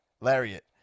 Lariat